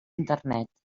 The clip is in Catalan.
internet